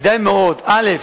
כדאי מאוד, א.